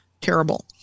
Terrible